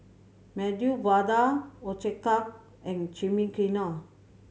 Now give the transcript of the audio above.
Medu Vada Ochazuke and Chimichangas